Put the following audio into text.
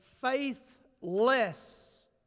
faithless